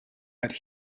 but